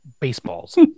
baseballs